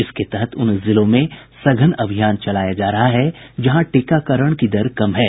इसके तहत उन जिलों में सघन अभियान चलाया रहा है जहां टीकाकरण की दर कम है